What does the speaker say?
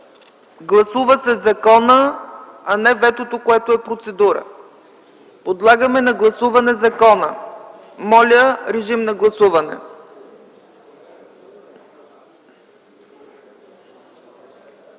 Гласува се законът, а не ветото, което е процедура. Подлагаме на гласуване закона. Моля, гласувайте.